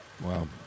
Wow